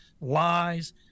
lies